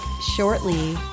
shortly